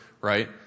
right